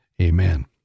amen